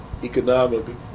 Economically